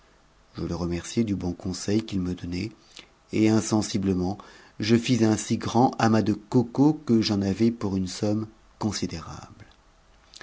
je le remerciai du bon conseil qu'il me donnait et insensiblement je fis un si grand amas de cocos que j'en avais pour une somme considérable